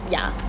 ya